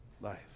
life